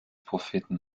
propheten